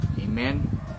Amen